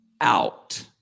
out